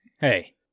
Hey